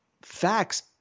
facts